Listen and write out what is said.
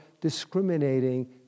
discriminating